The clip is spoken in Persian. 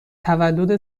تولد